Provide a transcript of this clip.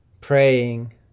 praying